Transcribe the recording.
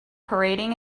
parading